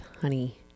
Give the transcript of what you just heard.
Honey